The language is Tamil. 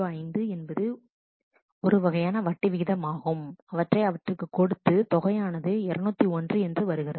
005 என்பது ஒரு வகையான வட்டி விகிதம் ஆகும் அவற்றை அவற்றிற்கு கொடுத்து தொகையானது 201 என்று வருகிறது